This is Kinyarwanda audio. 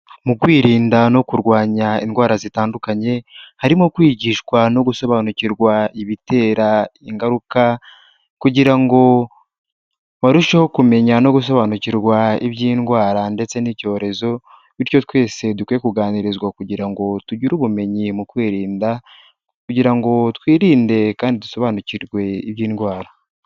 Mu kwirinda no kurwanya indwara zitandukanye, harimo kwigishwa no gusobanukirwa ibitera ingaruka kugira ngo barusheho kumenya no gusobanukirwa iby'indwara ndetse n'icyorezo, bityo twese dukwiye kuganirizwa kugira ngo tugire ubumenyi mu kwirinda kugira ngo twirinde kandi dusobanukirwe iby'indwara.